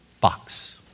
box